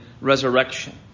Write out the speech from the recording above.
resurrection